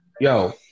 Yo